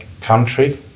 country